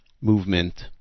movement